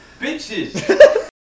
Bitches